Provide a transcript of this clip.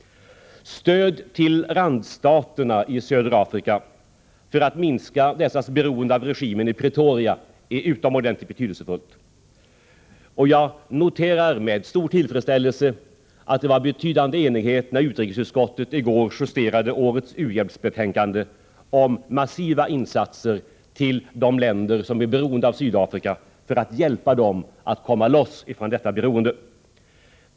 Stöd till randstaterna i södra Afrika för att minska dessas beroende av regimen i Pretoria är utomordentligt betydelsefullt. Jag noterar med stor tillfredsställelse att det var betydande enighet när utrikesutskottet i går justerade årets u-hjälpsbetänkande om massiva insatser till de länder som är beroende av Sydafrika för att hjälpa dem att komma loss från detta beroende.